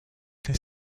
des